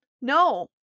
No